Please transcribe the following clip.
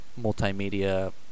multimedia